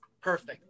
perfect